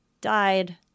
died